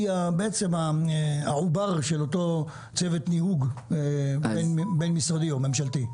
העובר של אותו צוות ניהוג בין-משרדי או ממשלתי?